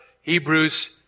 Hebrews